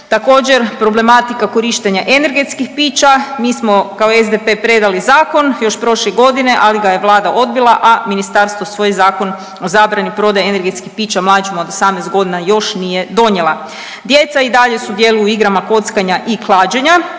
također problematika korištenja energetskih pića. Mi smo kao SDP predali zakon još prošle godine, ali ga je Vlada odbila, a ministarstvo svoj Zakon o zabrani prodaje energetskih pića mlađima od 18.g. još nije donijela. Djeca i dalje sudjeluju u igrama kockanja i klađenja